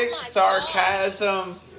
sarcasm